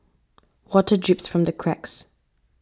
water drips from the cracks